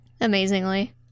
Amazingly